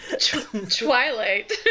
twilight